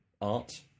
art